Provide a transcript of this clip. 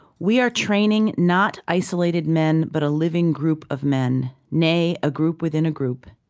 we are training not isolated men but a living group of men, nay, a group within a group.